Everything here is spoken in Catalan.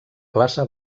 classe